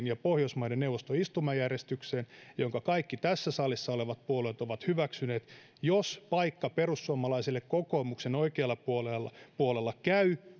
ja pohjoismaiden neuvoston istumajärjestykseen jonka kaikki tässä salissa olevat puolueet ovat hyväksyneet jos paikka perussuomalaisille kokoomuksen oikealla puolella puolella käy